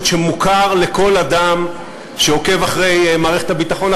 שמוכר לכל אדם שעוקב אחרי מערכת הביטחון,